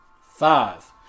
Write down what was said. five